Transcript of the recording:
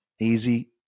easy